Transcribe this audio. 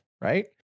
right